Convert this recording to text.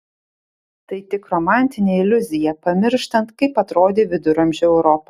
tai tik romantinė iliuzija pamirštant kaip atrodė viduramžių europa